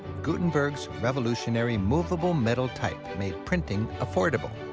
gutenberg's revolutionary movable metal type made printing affordable.